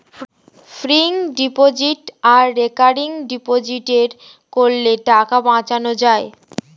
fixed deposit আর recurring ডিপোজিটে করের টাকা বাঁচানো যায়